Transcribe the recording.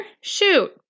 Shoot